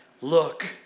look